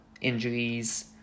injuries